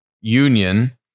union